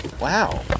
Wow